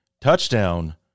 touchdown